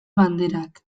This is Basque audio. banderak